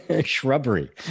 shrubbery